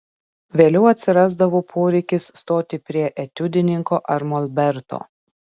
vėliau atsirasdavo poreikis stoti prie etiudininko ar molberto